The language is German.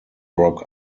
rock